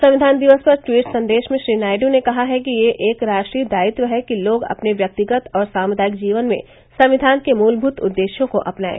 संविधान दिवस पर ट्वीट संदेश में श्री नायडू ने कहा है कि यह एक राष्ट्रीय दायित्व है कि लोग अपने व्यक्तिगत और सामुदायिक जीवन में संविधान के मुलभूत उद्देश्यों को अपनाएं